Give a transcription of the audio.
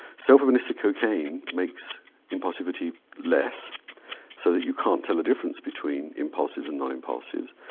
self-administered cocaine makes impulsivity less so that you can't tell the difference between impulsives and non-impulsives.